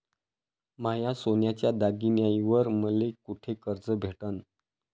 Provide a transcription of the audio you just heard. माया सोन्याच्या दागिन्यांइवर मले कुठे कर्ज भेटन?